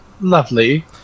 lovely